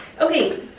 Okay